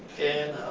and